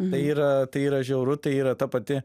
tai yra tai yra žiauru tai yra ta pati